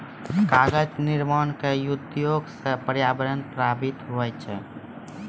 कागज निर्माण क उद्योग सँ पर्यावरण प्रभावित होय छै